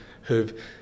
who've